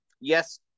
yes